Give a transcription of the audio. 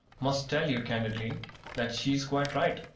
must tell you candidly that she's quite right.